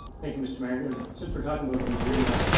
thank you, mr. mayor. since we're talking about the agenda,